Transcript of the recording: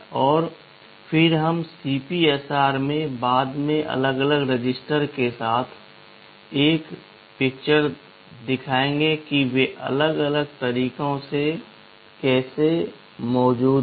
और फिर हम सीपीएसआर मैं बाद में अलग अलग रजिस्टरों के साथ एक तस्वीर दिखाऊंगा कि वे अलग अलग तरीकों से कैसे मौजूद हैं